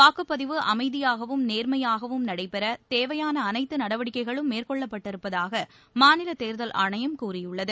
வாக்குப்பதிவு அமைதியாகவும் நேர்மையாகவும் நடைபெற தேவையான அனைத்து நடவடிக்கைகளும் மேற்கொள்ளப்பட்டிருப்பதாக மாநில தேர்தல் ஆணையம் கூறியுள்ளது